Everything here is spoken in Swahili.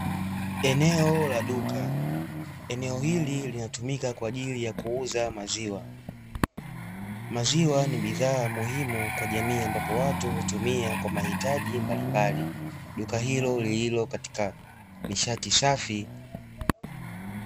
Eneo la duka, eneo hili linatumika kwa ajili ya kuuza maziwa. Maziwa ni bidhaa muhimu kwa jamii, ambapo watu hutumia kwa mahitaji mbalimbali. Duka hilo lililo katika nishati safi.